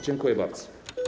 Dziękuję bardzo.